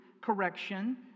correction